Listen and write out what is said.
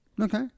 Okay